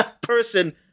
person